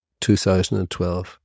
2012